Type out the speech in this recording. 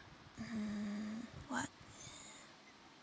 mmhmm what